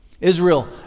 Israel